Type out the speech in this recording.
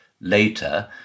later